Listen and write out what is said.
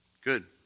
Good